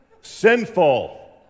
Sinful